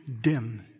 dim